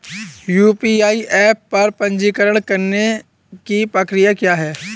UPI app पर पंजीकरण करने की प्रक्रिया क्या है?